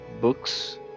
books